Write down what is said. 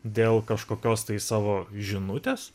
dėl kažkokios tai savo žinutės